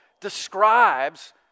describes